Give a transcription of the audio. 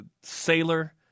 Sailor